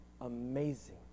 amazing